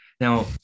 Now